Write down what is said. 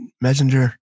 messenger